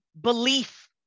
belief